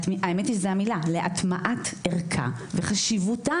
האמת היא שזו המילה, להטמעת ערכה וחשיבותה.